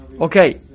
okay